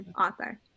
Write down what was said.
author